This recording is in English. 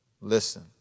Listen